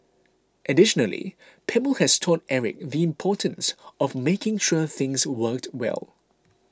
additionally Pebble has taught Eric the importance of making sure things worked well